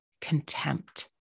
contempt